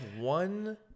one